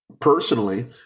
personally